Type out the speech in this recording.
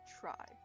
try